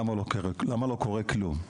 למה לא קורה כלום?